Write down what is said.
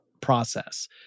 process